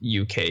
UK